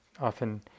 often